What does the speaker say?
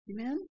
Amen